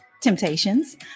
temptations